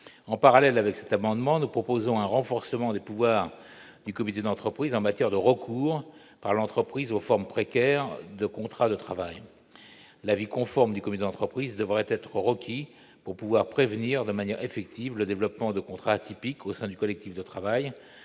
En parallèle, nous proposons un renforcement des pouvoirs du comité d'entreprise en cas de recours par l'entreprise à des formes précaires de contrat de travail. L'avis conforme du comité d'entreprise serait requis, afin de prévenir de manière efficace le développement de contrats atypiques au sein du collectif de travail,